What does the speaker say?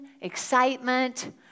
excitement